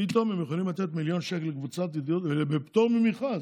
ופתאום הם יכולים לתת מיליון שקל לקבוצת ידיעות אחרונות בפטור ממכרז?